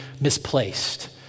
misplaced